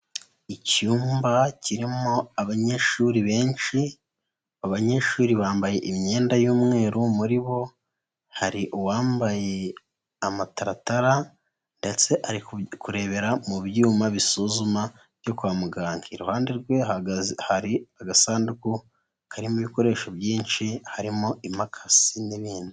Icyumba kirimo abanyeshuri benshi, abanyeshuri bambaye imyenda y'umweru muri bo hari uwambaye amataratara ndetse kurebera mu byuma bisuzuma byo kwa muganga. Iruhande rwe hari agasanduku karimo ibikoresho byinshi, harimo impakasi n'ibindi.